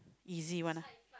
easy one lah